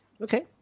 okay